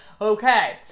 Okay